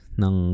ng